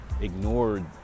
ignored